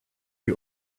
you